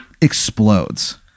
explodes